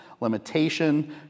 limitation